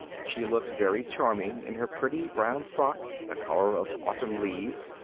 she looked very charming in her pretty brown frock the colour of autumn leaves,